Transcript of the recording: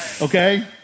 Okay